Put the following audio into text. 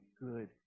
good